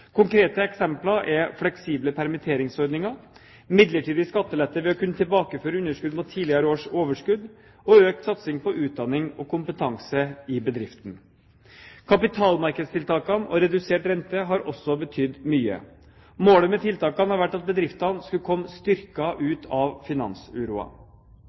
Konkrete eksempler er fleksible permitteringsordninger, midlertidig skattelette ved å kunne tilbakeføre underskudd mot tidligere års overskudd, og økt satsing på utdanning og kompetanse i bedriften. Kapitalmarkedstiltakene og redusert rente har også betydd mye. Målet med tiltakene har vært at bedriftene skulle komme